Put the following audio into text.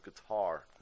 guitar